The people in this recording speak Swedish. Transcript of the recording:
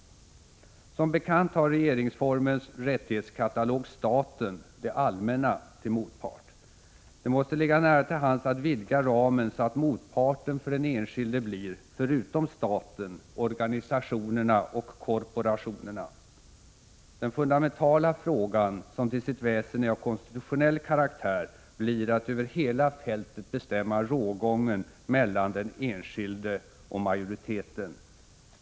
Som bekant har regeringsformens rättighetskatalog staten, det allmänna, till motpart. Det måste ligga nära till hands att vidga ramen så att motparten för den enskilde blir — förutom staten — organisationerna och korporationerna. Den fundamentala frågan som till sitt väsen är av konstitutionell karaktär blir att över hela fältet bestämma rågången mellan den enskilde och majoriteten.